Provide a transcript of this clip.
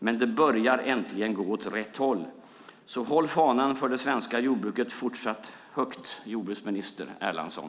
Men det börjar äntligen gå åt rätt håll, så håll fanan för det svenska jordbruket fortsatt högt, jordbruksminister Erlandsson!